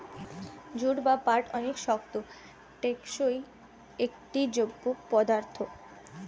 jute বা পাট অনেক শক্ত, টেকসই একটা জৈব পদার্থ